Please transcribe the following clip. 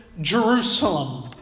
Jerusalem